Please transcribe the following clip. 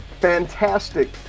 fantastic